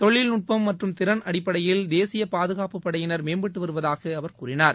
தொழில்நுட்பம் மற்றும் திறன் அடிப்படையில் தேசிய பாதுகாப்புப்படையினர் மேம்பட்டு வருவதாக அவர் கூறினார்